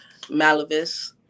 Malavis